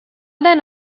than